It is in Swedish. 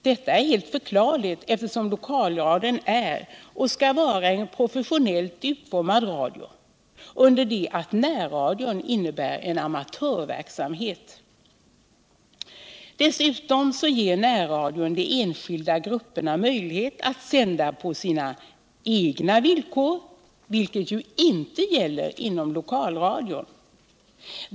Detta är helt förklarligt, eftersom lokalradion är och skall vara en professionellt utformad radio, under det att närradion innnebär en amatörverksamhet. Dessutom ger närradion de enskilda grupperna möjlighet att sända på sina egna villkor, vilket ju inte gäller inom lokalradion.